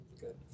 good